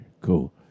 Cool